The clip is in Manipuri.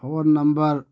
phone number